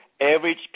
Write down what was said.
average